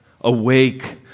Awake